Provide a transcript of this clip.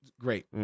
Great